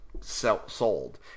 sold